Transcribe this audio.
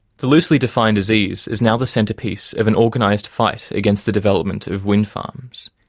the loosely defined disease is now the centrepiece of an organised fight against the development of wind farms.